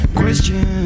question